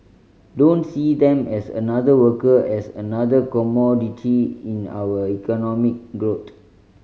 don't see them as another worker as another commodity in our economic growth